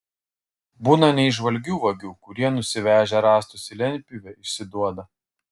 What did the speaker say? būna neįžvalgių vagių kurie nusivežę rąstus į lentpjūvę išsiduoda